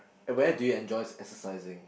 and when do you enjoy exercising